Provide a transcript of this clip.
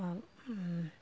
बाव